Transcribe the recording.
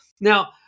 Now